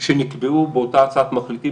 שנקבעו באותה הצעת מחליטים,